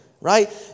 Right